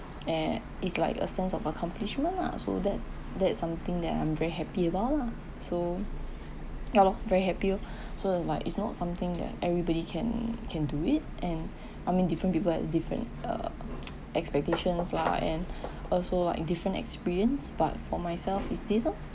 eh it's like a sense of accomplishment lah so that's that's something that I'm very happy about lah so ya lor very happy oh so is like it's not something that everybody can can do it and I mean different people have different uh expectations lah and also like different experience but for myself is this lor